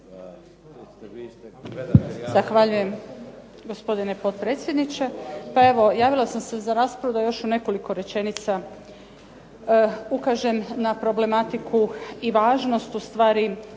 Zahvaljujem gospodine potpredsjedniče. Pa evo javila sam se za raspravu da još u nekoliko rečenica ukažem na problematiku i važnost ustvari